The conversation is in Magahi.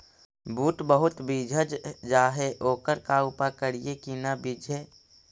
बुट बहुत बिजझ जा हे ओकर का उपाय करियै कि न बिजझे?